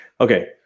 Okay